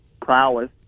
prowess